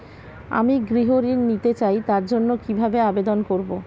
আমি গৃহ ঋণ নিতে চাই তার জন্য কিভাবে আবেদন করব?